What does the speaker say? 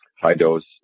high-dose